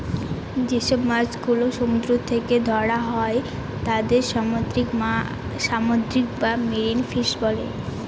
যেসব মাছ গুলো সমুদ্র থেকে ধরা হয় তাদের সামুদ্রিক বা মেরিন ফিশ বলে